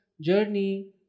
journey